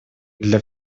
для